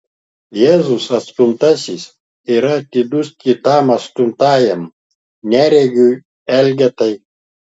jėzus atstumtasis yra atidus kitam atstumtajam neregiui elgetai